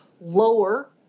lower